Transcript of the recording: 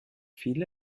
viele